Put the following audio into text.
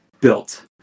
built